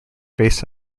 based